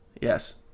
Yes